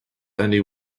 only